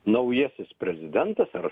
naujasis prezidentas ar